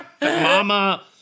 Mama